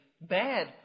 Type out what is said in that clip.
bad